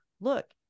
look